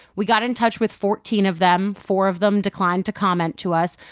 we got in touch with fourteen of them. four of them declined to comment to us.